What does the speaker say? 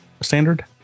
standard